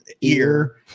ear